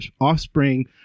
offspring